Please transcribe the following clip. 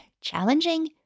challenging